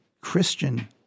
Christian